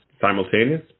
simultaneous